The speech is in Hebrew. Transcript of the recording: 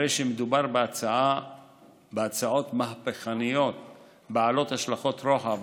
הרי שמדובר בהצעות מהפכניות בעלות השלכות רוחב,